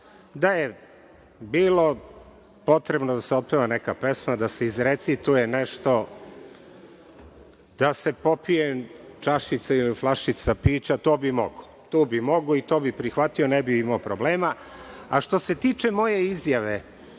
Da je bilo potrebno da se otpeva neka pesma, da se izrecituje nešto, da se popije čašica ili flašica pića, to bih mogao. To bih mogao i to bih prihvatio, ne bih imao problema. Što se tiče moje izjave